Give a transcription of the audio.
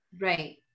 right